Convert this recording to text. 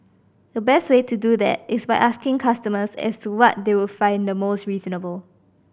the best way to do that is by asking customers as to what they would find the most reasonable